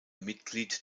mitglied